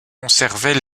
conservait